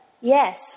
Yes